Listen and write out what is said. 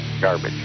garbage